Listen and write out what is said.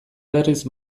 berriz